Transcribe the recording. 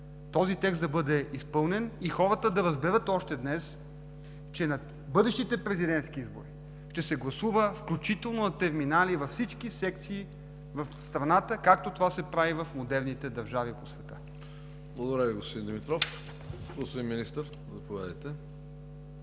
този текст да бъде изпълнен. Хората да разберат още днес, че на бъдещите президентски избори ще се гласува, включително на терминали във всички секции в страната, както това се прави в модерните държави по света. ПРЕДСЕДАТЕЛ КРАСИМИР КАРАКАЧАНОВ: Благодаря Ви, господин Димитров. Господин Министър, заповядайте.